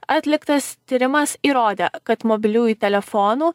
atliktas tyrimas įrodė kad mobiliųjų telefonų